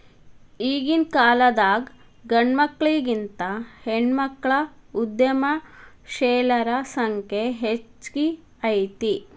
ಈಗಿನ್ಕಾಲದಾಗ್ ಗಂಡ್ಮಕ್ಳಿಗಿಂತಾ ಹೆಣ್ಮಕ್ಳ ಉದ್ಯಮಶೇಲರ ಸಂಖ್ಯೆ ಹೆಚ್ಗಿ ಐತಿ